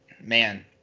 man